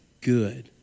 good